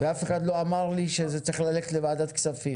ואף אחד לא אמר לי שזה צריך ללכת לוועדת כספים.